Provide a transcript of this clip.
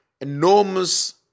enormous